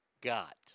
got